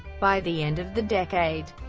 by the end of the decade,